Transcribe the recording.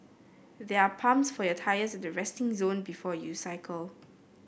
there are pumps for your tyres at the resting zone before you cycle